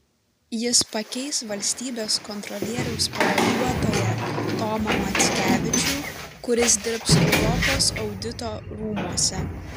jis pakeis valstybės kontrolieriaus pavaduotoją tomą mackevičių kuris dirbs europos audito rūmuose